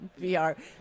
VR